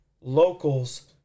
locals